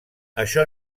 això